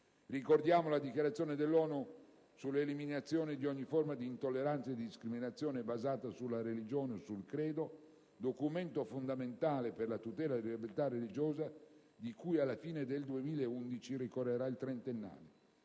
proposito la Dichiarazione ONU sull'eliminazione di ogni forma di intolleranza e di discriminazione basata sulla religione o sul credo, documento fondamentale per la tutela della libertà religiosa, di cui alla fine del 2011 ricorrerà il trentennale.